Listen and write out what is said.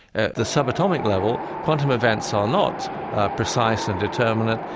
at the subatomic level, quantum events are not precise and determinate.